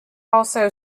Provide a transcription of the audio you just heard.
also